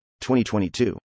2022